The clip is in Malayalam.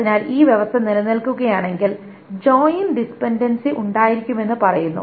അതിനാൽ ഈ വ്യവസ്ഥ നിലനിൽക്കുകയാണെങ്കിൽ ജോയിൻ ഡിപെൻഡൻസി ഉണ്ടായിരിക്കുമെന്നു പറയുന്നു